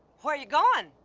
where you going?